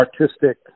artistic